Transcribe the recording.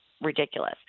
ridiculous